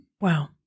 Wow